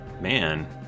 Man